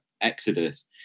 Exodus